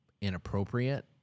inappropriate